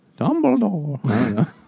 Dumbledore